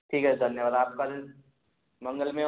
ठीक है धन्यवाद आपका दिन मंगलमय